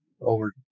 over